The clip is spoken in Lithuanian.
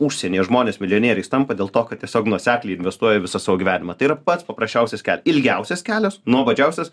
užsienyje žmonės milijonieriais tampa dėl to kad tiesiog nuosekliai investuoja visą savo gyvenimą tai yra pats paprasčiausias ilgiausias kelias nuobodžiausias